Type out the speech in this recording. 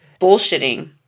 bullshitting